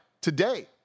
today